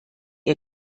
ihr